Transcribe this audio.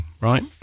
right